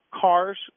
cars